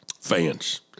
Fans